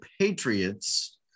Patriots